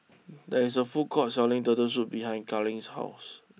there is a food court selling Turtle Soup behind Kailyn's house